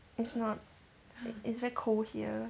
it's not i~ it's very cold here